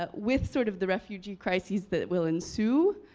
ah with sort of the refugee crisis that will ensue,